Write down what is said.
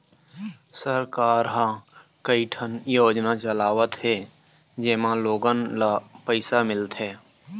सरकार ह कइठन योजना चलावत हे जेमा लोगन ल पइसा मिलथे